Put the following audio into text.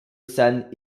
san